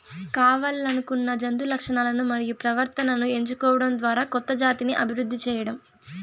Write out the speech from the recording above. కావల్లనుకున్న జంతు లక్షణాలను మరియు ప్రవర్తనను ఎంచుకోవడం ద్వారా కొత్త జాతిని అభివృద్ది చేయడం